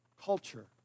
culture